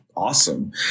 Awesome